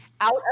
Out